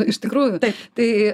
iš tikrųjų tai